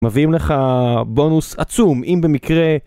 מביאים לך בונוס עצום, אם במקרה...